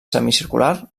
semicircular